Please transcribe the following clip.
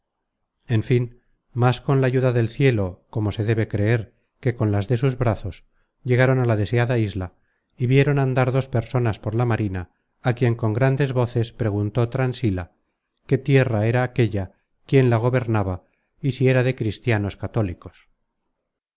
en fin más con la ayuda del cielo como se debe creer que con las de sus brazos llegaron a la deseada isla y vieron andar dos personas por la marina á quien con grandes voces preguntó transila qué tierra era aquella quién la gobernaba y si era de cristianos católicos